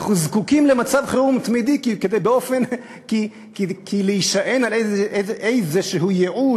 אנחנו זקוקים למצב חירום תמידי כי להישען על איזשהו ייעוד,